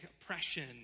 oppression